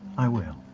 i will.